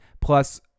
plus